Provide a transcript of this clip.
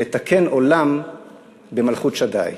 לתקן עולם במלכות שדי.